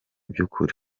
by’ukuri